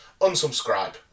unsubscribe